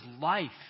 life